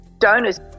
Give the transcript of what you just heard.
donors